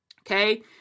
Okay